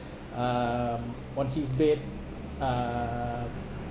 um on his bed uh